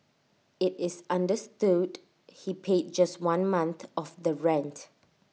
IT is understood he paid just one month of the rent